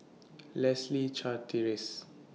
Leslie Charteris